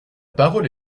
parole